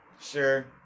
sure